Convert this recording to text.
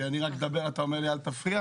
אני רק מדבר ואתה אומר לי אל תפריע?